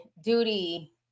duty